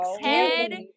head